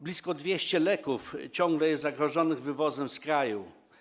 Blisko 200 leków ciągle jest zagrożonych wywozem z kraju.